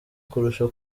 kurusha